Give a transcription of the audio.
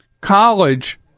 college